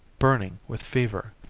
burning with fever,